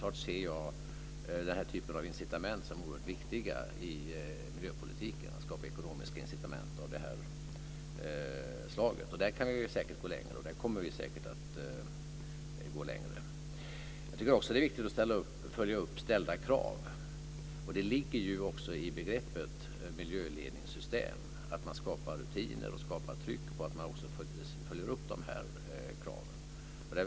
Att skapa ekonomiska incitament av detta slag ser jag självklart som oerhört viktigt i miljöpolitiken. Där kan vi säkert gå längre. Där kommer vi säkert att gå längre. Jag tycker också att det är viktigt att följa upp ställda krav. Det ligger i begreppet miljöledningssystem att man skapar rutiner och att man skapar ett tryck så att dessa krav följs upp.